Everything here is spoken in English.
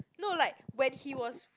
no like when he was